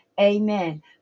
amen